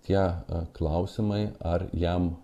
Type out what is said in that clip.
tie klausimai ar jam